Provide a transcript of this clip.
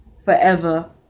Forever